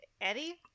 Eddie